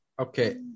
Okay